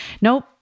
Nope